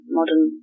modern